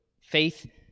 faith